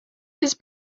his